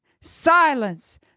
Silence